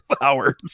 hours